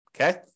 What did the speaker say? Okay